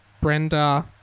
Brenda